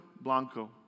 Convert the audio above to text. Blanco